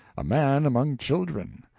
a man among children,